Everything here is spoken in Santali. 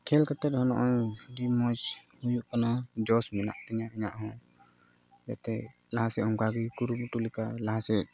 ᱠᱷᱮᱞ ᱠᱟᱛᱮᱫ ᱦᱚᱸ ᱱᱚᱜᱼᱚᱭ ᱟᱹᱰᱤ ᱢᱚᱡᱽ ᱦᱩᱭᱩᱜ ᱠᱟᱱᱟ ᱡᱚᱥ ᱢᱮᱱᱟᱜ ᱛᱤᱧᱟ ᱤᱧᱟᱹᱜ ᱦᱚᱸ ᱡᱟᱛᱮ ᱞᱟᱦᱟᱥᱮᱫ ᱚᱱᱠᱟᱜᱮ ᱠᱩᱨᱩᱢᱩᱴᱩ ᱞᱮᱠᱟ ᱞᱟᱦᱟ ᱥᱮᱫ